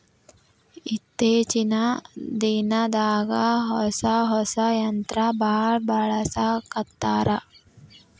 ಇತ್ತೇಚಿನ ದಿನದಾಗ ಹೊಸಾ ಹೊಸಾ ಯಂತ್ರಾ ಬಾಳ ಬಳಸಾಕತ್ತಾರ